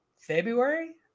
February